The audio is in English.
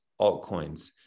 altcoins